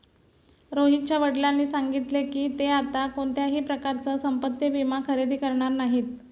रोहितच्या वडिलांनी सांगितले की, ते आता कोणत्याही प्रकारचा संपत्ति विमा खरेदी करणार नाहीत